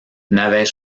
n’avais